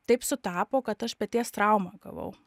taip sutapo kad aš peties traumą gavau